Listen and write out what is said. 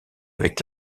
avec